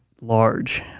large